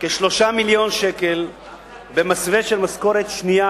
כ-3 מיליון שקל במסווה של משכורת שנייה